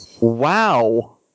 Wow